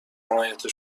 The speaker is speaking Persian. حمایت